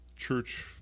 church